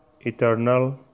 eternal